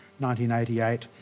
1988